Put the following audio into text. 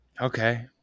Okay